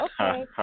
okay